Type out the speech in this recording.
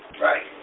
Right